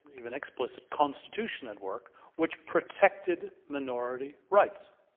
even explicit constitution at work which protected minority rights